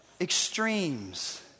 extremes